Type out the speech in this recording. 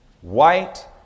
white